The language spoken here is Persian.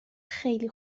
خیلی